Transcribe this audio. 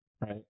Right